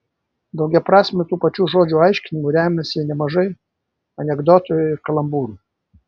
daugiaprasmiu tų pačių žodžių aiškinimu remiasi nemažai anekdotų ir kalambūrų